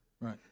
Right